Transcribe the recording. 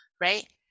right